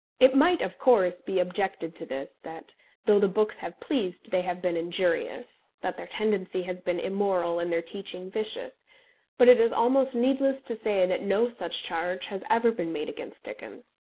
it might of course be objected to this, that though the books have pleased they have been injurious, that their tendency has been immoral and their teaching vicious but it is almost needless to say that no such charge has ever been made against dickens.